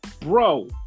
bro